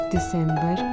December